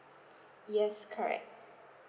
yes correct